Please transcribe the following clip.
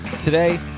Today